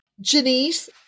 Janice